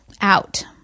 Out